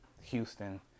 Houston